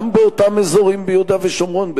באותם אזורים ביהודה ושומרון,